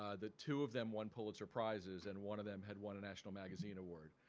um the two of them won pulitzer prizes and one of them had won a national magazine award.